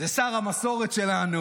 זה שר המסורת שלנו,